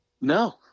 No